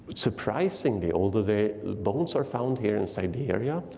surprisingly, although the bones are found here in siberia,